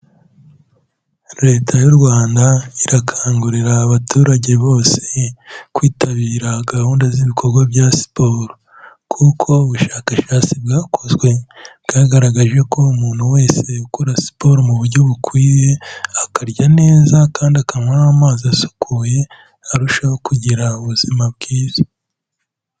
Leta y'u Rwanda irakangurira abaturage bose kwitabira gahunda z'ibikorwa bya siporo kuko ubushakashatsi bwakozwe, bwagaragaje ko umuntu wese ukora siporo mu buryo bukwiye, akarya neza kandi akanywa n'amazi asukuye arushaho kugira ubuzima bwiza.